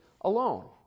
alone